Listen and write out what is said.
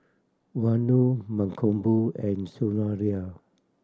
Vanu Mankombu and Sundaraiah